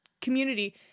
community